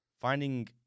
finding